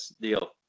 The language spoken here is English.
deal